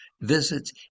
visits